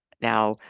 now